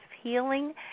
healing